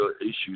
issues